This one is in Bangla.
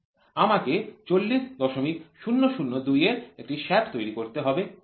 আমাকে ৪০০০২ এর একটি শ্যাফ্ট তৈরি করতে হবে